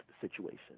situation